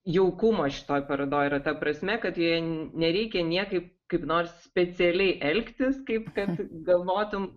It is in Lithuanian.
jaukumo šitoj parodoj yra ta prasme kad jai nereikia niekaip kaip nors specialiai elgtis kaip kad galvotum